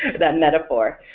that metaphor.